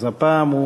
אז הפעם,